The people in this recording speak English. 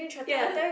ya